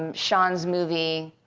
and sean's movie,